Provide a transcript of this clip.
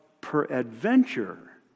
peradventure